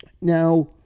now